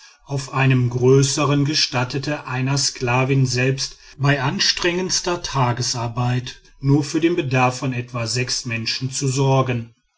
auf einem größern gestattet einer sklavin selbst bei angestrengter tagesarbeit nur für den bedarf von etwa sechs menschen zu sorgen